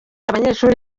abanyeshuri